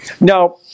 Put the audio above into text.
Now